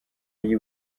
y’i